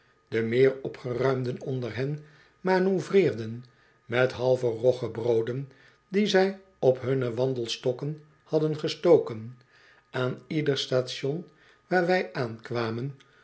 de meer opgeruimden onder hen manoeuvreerden met halve roggebrooden die zij op hunne wandelstokken hadden gestoken aan ieder station waar wij aankwamen